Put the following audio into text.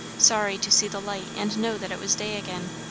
sorry to see the light and know that it was day again.